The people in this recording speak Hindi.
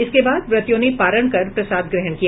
इसके बाद व्रतियों ने पारण कर प्रसाद ग्रहण किया